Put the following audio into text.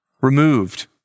removed